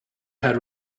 had